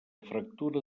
fractura